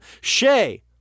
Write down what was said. Shay